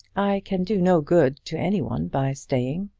i can do no good to any one by staying.